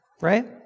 right